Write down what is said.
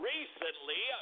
Recently